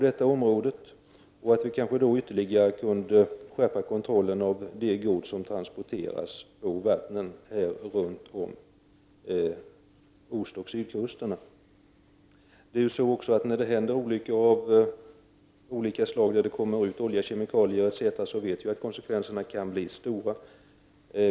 Därmed kunde kontrollen av det gods som transporteras på vattnen runt om ostoch sydkusterna skärpas ytterligare. När det händer olyckor av olika slag och det kommer ut olja, kemikalier etc., kan konsekvenserna bli stora.